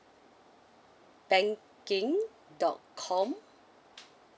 banking dot com